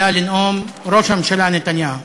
עלה לנאום ראש הממשלה נתניהו.